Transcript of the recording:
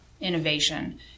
innovation